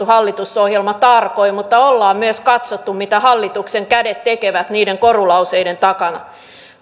hallitusohjelma tarkoin mutta ollaan myös katsottu mitä hallituksen kädet tekevät niiden korulauseiden takana